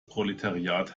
proletariat